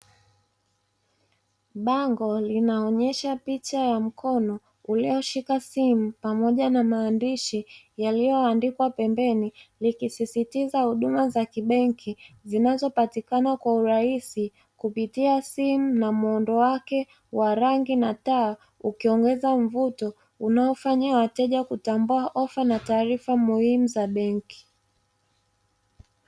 Bango linaonyesha picha ya mkono ulioshika simu pamoja na maandishi yaliyoandikwa pembeni likisisitiza huduma za kibenki, zinazopatikana kwa urahisi kupitia simu na muundo wake wa rangi na taa ukiongeza mvuto unaofanya wateja kutambua ofa na taarifa muhimu za benki.